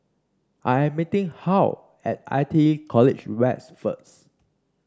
I am meeting Hal at I T E College West first